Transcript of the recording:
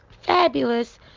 fabulous